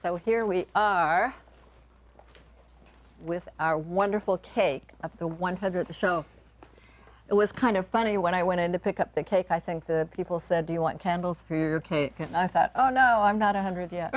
so here we are with our wonderful take of the one hundred to show it was kind of funny when i went in to pick up the cake i think the people said do you want candles for your cake and i thought oh no i'm not one hundred yet